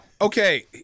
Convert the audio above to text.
Okay